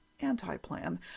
anti-plan